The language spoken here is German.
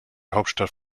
hauptstadt